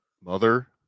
mother